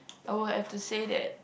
I will have to say that